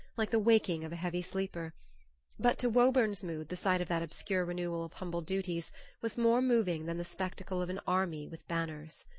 like the waking of a heavy sleeper but to woburn's mood the sight of that obscure renewal of humble duties was more moving than the spectacle of an army with banners.